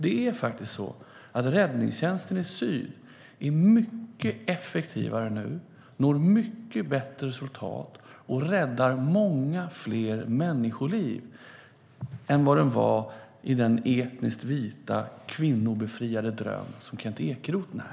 Det är faktiskt så att Räddningstjänsten Syd nu är mycket effektivare, når mycket bättre resultat och räddar många fler människoliv än vad den gör i den etniskt vita, kvinnobefriade, dröm som Kent Ekeroth när.